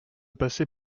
passer